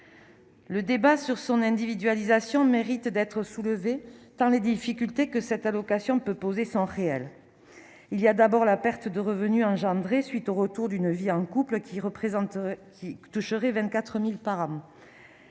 Le débat sur son individualisation mérite d'être soulevée par les difficultés que cette allocation peut poser sans réel, il y a d'abord la perte de revenus engendrée suite au retour d'une vie à un couple qui représente qui toucherait 24000 par an,